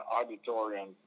Auditorium